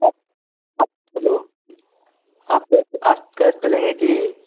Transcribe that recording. आप आप हेलो आप कैश आप कैश से लेंगे की